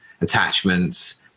attachments